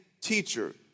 teacher